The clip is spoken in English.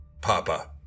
Papa